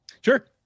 sure